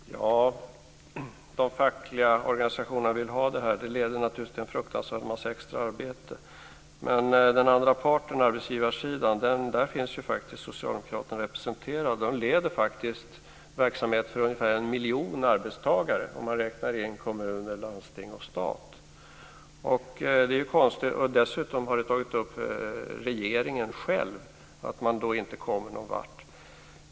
Fru talman! "De fackliga organisationerna vill ha det här." Det leder naturligtvis till en fruktansvärd massa arbete. Men på den andra sidan, arbetsgivarsidan, finns Socialdemokraterna representerade. De leder faktiskt verksamhet för ungefär en miljon arbetstagare, om man räknar in kommuner, landsting och stat. Dessutom har regeringen själv sagt att man inte kommer någonvart.